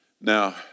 Now